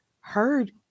heard